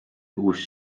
uus